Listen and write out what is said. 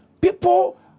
people